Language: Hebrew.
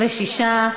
בעד, 26,